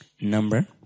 Number